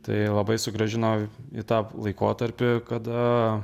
tai labai sugrąžino į tą laikotarpį kada